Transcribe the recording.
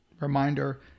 reminder